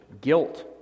Guilt